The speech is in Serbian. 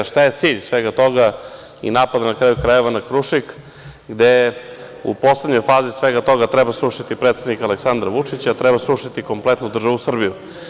Šta je cilj svega toga i napad, na kraju krajeva, na „Krušik“ gde je u poslednjoj fazi svega toga treba srušiti predsednika Aleksandra Vučića, treba srušiti kompletnu državu Srbiju.